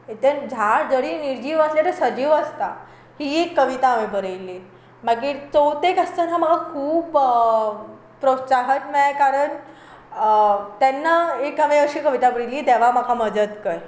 तें झाड जरीय निर्जीव आसलें तें सजीव आसता ही एक कविता हांवें बरयिल्ली मागीर चवथेक आसतना म्हाका खूब प्रोत्साहन मेळ्ळें कारण तेन्ना एक हांवें अशी एक कविता बरयिल्ली देवा म्हाका मदत कर